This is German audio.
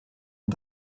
und